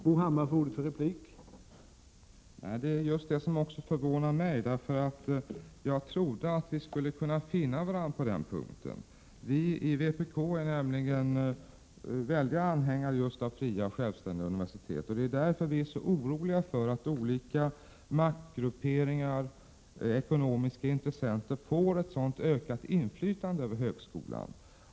Herr talman! Det är just det som förvånar också mig. Jag trodde att vi skulle finna varandra på denna punkt. Vi i vpk är nämligen stora anhängare av fria och självständiga universitet. Det är därför vi är så oroliga över att olika maktgrupperingar och ekonomiska intressenter får ett ökat inflytande över högskolan.